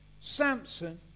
Samson